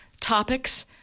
topics